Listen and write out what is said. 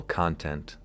content